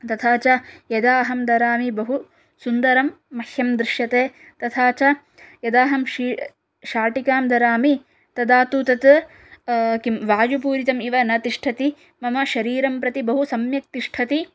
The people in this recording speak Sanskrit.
तथा च यदा अहं धरामि बहुसुन्दरं मह्यं दृश्यते तथा च यदा अहं शाटिकां धरामि तदा तु तत् किं वायुपूरितम् इव न तिष्ठति मम शरीरं प्रति बहुसम्यक् तिष्ठति